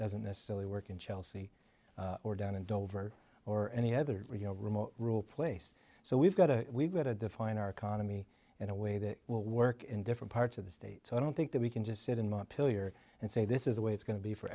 doesn't necessarily work in chelsea or down in dover or any other you know remote rural place so we've got to we've got to define our economy in a way that will work in different parts of the state so i don't think that we can just sit in my pill year and say this is the way it's going to be for